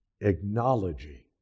acknowledging